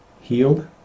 healed